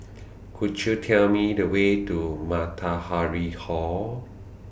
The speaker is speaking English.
Could YOU Tell Me The Way to Matahari Hall